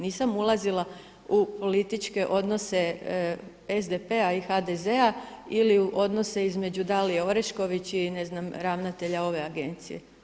Nisam ulazila u političke odnose SDP-a ili HDZ-a ili u odnose između Dalije Orešković i ne znam ravnatelja ove agencije.